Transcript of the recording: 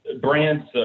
brands